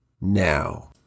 now